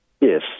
Yes